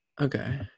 okay